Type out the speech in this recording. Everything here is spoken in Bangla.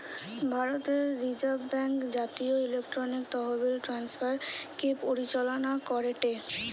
ভারতের রিজার্ভ ব্যাঙ্ক জাতীয় ইলেকট্রনিক তহবিল ট্রান্সফার কে পরিচালনা করেটে